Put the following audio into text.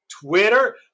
Twitter